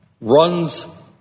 runs